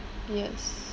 yes